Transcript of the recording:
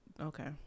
Okay